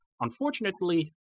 Unfortunately